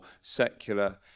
secular